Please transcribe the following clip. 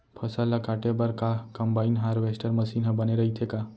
फसल ल काटे बर का कंबाइन हारवेस्टर मशीन ह बने रइथे का?